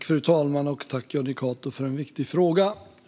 Fru talman! Jag tackar Jonny Cato för en viktig fråga.